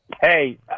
Hey